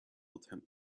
attempt